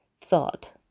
thought